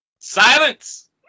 silence